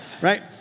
right